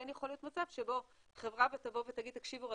כן יכול להיות מצב שבו תבוא חברה ותגיד: תקשיבו רגע,